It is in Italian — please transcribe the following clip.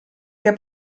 che